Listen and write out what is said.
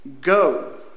go